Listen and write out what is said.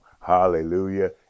hallelujah